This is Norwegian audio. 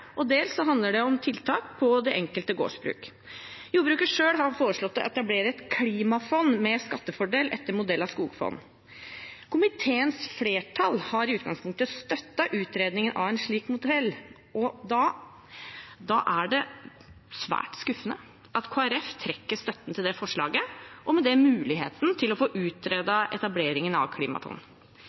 og dels handler det om tiltak på det enkelte gårdsbruk. Jordbruket selv har foreslått å etablere et klimafond med skattefordel, etter modell av skogfond. Komiteens flertall har i utgangspunktet støttet utredningen av en slik modell. Det er svært skuffende at Kristelig Folkeparti trekker støtten til dette forslaget, og med det muligheten til å få utredet etableringen av